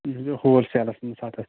یہِ ہول سیلَس منٛز اَتھ حظ